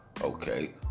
okay